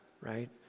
right